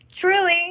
truly